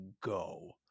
go